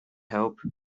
hope